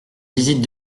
visite